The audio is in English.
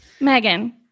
Megan